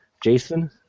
Jason